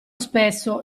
spesso